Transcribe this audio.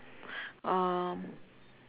um